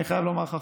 אני חייב לומר לך,